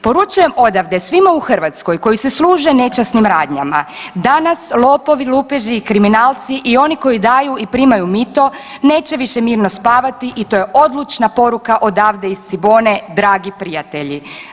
Poručujem odavde svima u Hrvatskoj, koji se služe nečasnim radnjama, danas lopovi, lupeži i kriminalci i oni koji daju i primaju mito neće više mirno spavati i to je odlučna poruka odavde iz Cibone, dragi prijatelji.